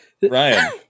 Ryan